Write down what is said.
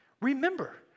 Remember